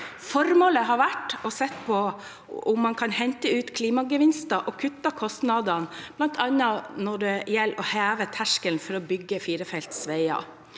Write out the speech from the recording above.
Formålet har vært å se på om man kan hente ut klimagevinster og kutte kostnadene, bl.a. når det gjelder å heve terskelen for å bygge firefelts veier.